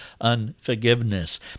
unforgiveness